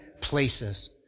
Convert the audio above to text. places